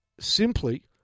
simply